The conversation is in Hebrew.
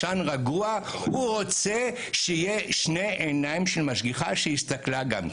יישן רגוע הוא רוצה שיהיו עוד שני עיניים של משגיחה שהסתכלה גם.